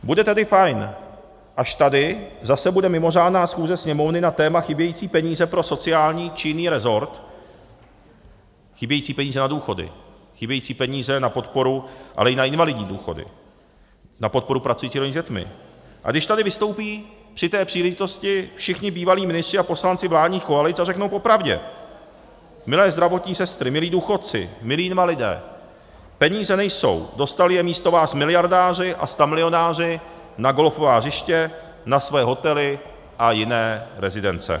Bude tedy fajn, až tady zase bude mimořádná schůze Sněmovny na téma chybějící peníze pro sociální či jiný resort chybějící peníze na důchody, chybějící peníze na podporu, ale i na invalidní důchody, na podporu pracujících lidí s dětmi a když tady vystoupí při té příležitosti všichni bývalí ministři a poslanci vládních koalic a řeknou popravdě: milé zdravotní sestry, milí důchodci, milí invalidé, peníze nejsou, dostali je místo vás miliardáři a stamilionáři na golfová hřiště, na svoje hotely a jiné rezidence.